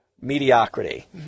mediocrity